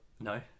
No